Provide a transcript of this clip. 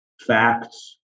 facts